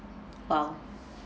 !wow!